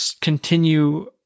continue